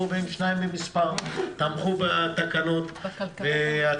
הצבעה בעד, 2 נגד, אין נמנעים, אין התקנות אושרו.